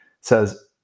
says